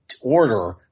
order –